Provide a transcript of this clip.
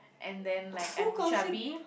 and then like I'm chubby